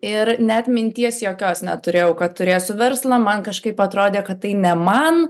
ir net minties jokios neturėjau kad turėsiu verslą man kažkaip atrodė kad tai ne man